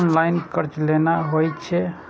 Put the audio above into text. Online कर्ज केना होई छै?